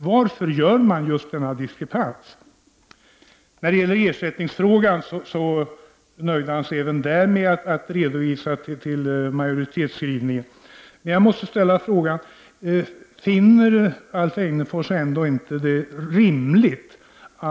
Varför föreligger då just denna diskrepans? Även när det gällde ersättningsfrågan nöjde sig Alf Egnerfors med att hänvisa till majoritetsskrivningen. Jag måste då ställa en fråga.